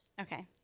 Okay